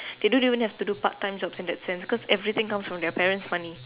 they don't even have to do part time jobs in that sense cause everything comes from their parents' money